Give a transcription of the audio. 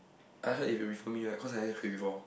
I heard if you refer me right cause I never before